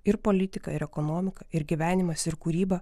ir politika ir ekonomika ir gyvenimas ir kūryba